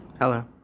Hello